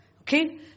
Okay